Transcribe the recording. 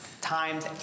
times